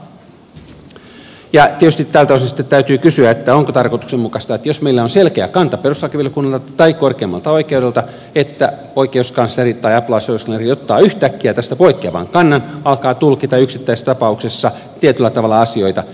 tietysti tältä osin sitten täytyy kysyä onko tarkoituksenmukaista jos meillä on selkeä kanta perustuslakivaliokunnalta tai korkeimmalta oikeudelta että oikeuskansleri tai apulaisoikeuskansleri ottaa yhtäkkiä tästä poikkeavan kannan alkaa tulkita yksittäistapauksessa tietyllä tavalla asioita